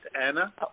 anna